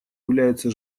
является